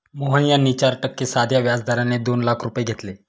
मोहन यांनी चार टक्के साध्या व्याज दराने दोन लाख रुपये घेतले